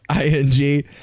ing